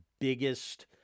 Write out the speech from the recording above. biggest